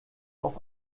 auf